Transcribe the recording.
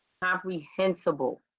comprehensible